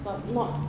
but not